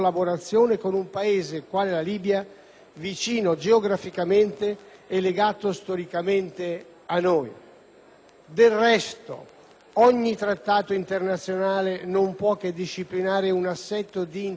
Del resto, ogni Trattato internazionale non può che disciplinare un assetto di interessi frutto di sedimentazione passata, indicando un intento programmatico per il futuro.